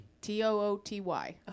T-O-O-T-Y